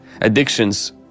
Addictions